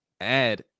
add